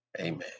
Amen